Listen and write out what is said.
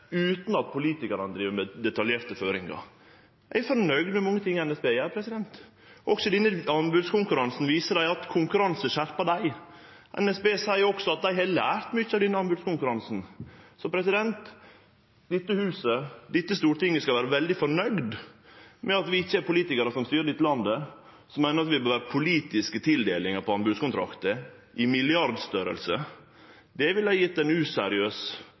utan at politikarane driv med detaljerte føringar. Eg er fornøgd med mange ting NSB gjer. Også i denne anbodskonkurransen viser dei at konkurranse skjerpar dei. NSB seier også at dei har lært mykje av denne anbodskonkurransen. Så dette huset, dette stortinget, skal vere veldig fornøgd med at vi ikkje er politikarar som styrer dette landet og meiner at det bør vere politiske tildelingar av anbodskontraktar i milliardstorleik. Det ville gjeve ein useriøs